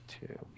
Two